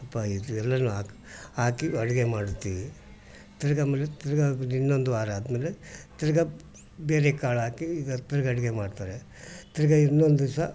ಪಾ ಇದು ಎಲ್ಲನೂ ಹಾಕಿ ಹಾಕಿ ಅಡುಗೆ ಮಾಡ್ತೀವಿ ತಿರುಗಾ ಆಮೇಲೆ ತಿರುಗಾ ಇನ್ನೊಂದು ವಾರ ಆದ್ಮೇಲೆ ತಿರುಗಾ ಬೇರೆ ಕಾಳಾಕಿ ಈಗ ತಿರುಗಾ ಅಡುಗೆ ಮಾಡ್ತಾರೆ ತಿರುಗಾ ಇನ್ನೊಂದು ದಿವಸ